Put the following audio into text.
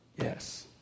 yes